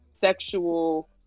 sexual